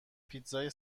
پیتزای